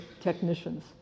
technicians